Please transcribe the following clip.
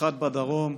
אחת בדרום.